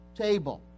table